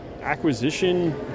acquisition